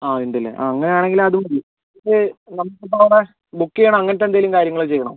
ആ ഉണ്ടല്ലേ ആ അങ്ങനെ ആണെങ്കിൽ അത് മതി ഇത് നമുക്ക് ഇപ്പോൾ അവിടെ ബുക്ക് ചെയ്യണോ അങ്ങനത്തെ എന്തെങ്കിലും കാര്യങ്ങൾ ചെയ്യണോ